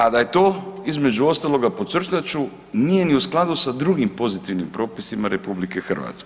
A da je to između ostaloga podcrtat ću nije ni u skladu sa drugim pozitivnim propisima RH.